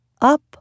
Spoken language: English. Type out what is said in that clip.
Up